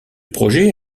projet